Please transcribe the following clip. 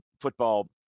football